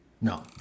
No